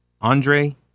Andre